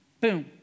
Boom